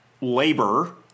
labor